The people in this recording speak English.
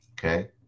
okay